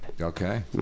Okay